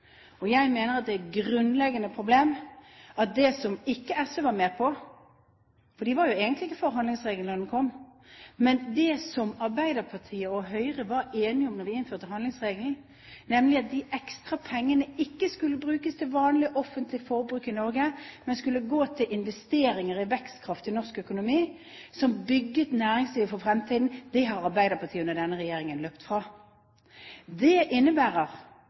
er et grunnleggende problem – og det var jo ikke SV med på, for de var jo egentlig ikke for handlingsregelen da den kom – at det som Arbeiderpartiet og Høyre var enige om da vi innførte handlingsregelen, nemlig at de ekstra pengene ikke skulle brukes til vanlig offentlig forbruk i Norge, men skulle gå til investeringer i vekstkraft i norsk økonomi, som bygget næringsliv for fremtiden, har Arbeiderpartiet under denne regjeringen løpt fra. Det innebærer